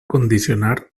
condicionar